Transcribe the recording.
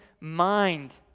mind